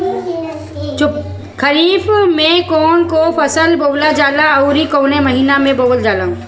खरिफ में कौन कौं फसल बोवल जाला अउर काउने महीने में बोवेल जाला?